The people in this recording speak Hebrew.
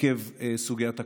עקב סוגיית הקורונה.